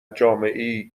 جامعهای